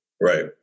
Right